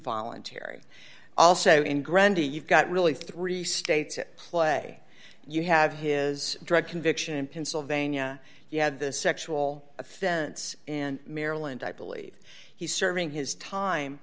voluntary also in grandy you've got really three states it play you have his drug conviction in pennsylvania you had this sexual offense in maryland i believe he's serving his time